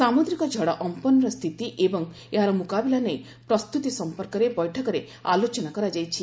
ସାମୁଦ୍ରିକ ଝଡ଼ ଅମ୍ପନର ସ୍ଥିତି ଏବଂ ଏହାର ମୁକାବିଲା ନେଇ ପ୍ରସ୍ତୁତି ସଂପର୍କରେ ବୈଠକରେ ଆଲୋଚନା କରାଯାଇଛି